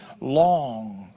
long